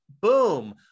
boom